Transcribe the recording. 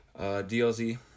DLZ